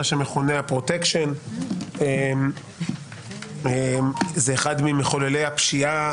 מה שמכונה הפרוטקשן זה אחד ממחוללי הפשיעה